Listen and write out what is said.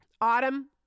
Autumn